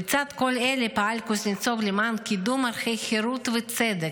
לצד כל אלה פעל קוזנצוב למען קידום ערכי חירות וצדק,